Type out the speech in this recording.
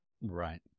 Right